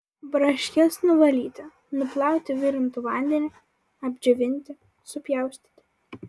braškes nuvalyti nuplauti virintu vandeniu apdžiovinti supjaustyti